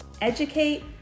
Educate